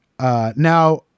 Now